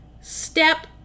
step